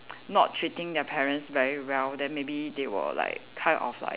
not treating their parents very well then maybe they will like kind of like